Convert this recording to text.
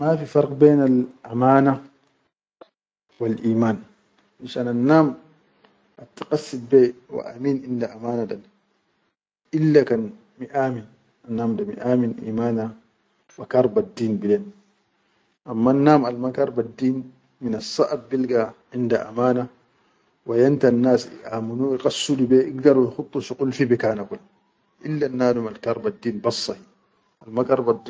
Mafi fark be nal amana wal iman finshan anam attiqasid be ha wa amin inda amana da ille kan miʼamil anam da miʼamil imana wakarbel deen belen amma nam ma karalbel deen minnasʼad inda amana wayamta nas iʼamunu ikhassudu be ikhdaru ikhudul shuqul fi bikana kula ilell nadum al karbe deen bas sahi al ma karbel.